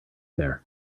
there